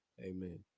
amen